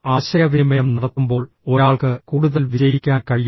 ആശയവിനിമയം നടത്തുമ്പോൾ ഒരാൾക്ക് കൂടുതൽ വിജയിക്കാൻ കഴിയും